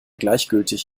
gleichgültig